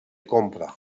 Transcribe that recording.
compra